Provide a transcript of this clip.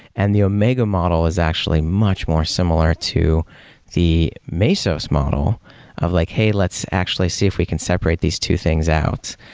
and the omega model is actually much more similar to the mesos model of like, hey, let's actually see if we can separate these two things out.